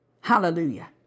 hallelujah